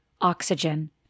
oxygen